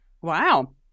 Wow